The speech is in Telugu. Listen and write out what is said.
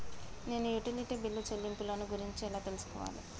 నేను యుటిలిటీ బిల్లు చెల్లింపులను గురించి ఎలా తెలుసుకోవాలి?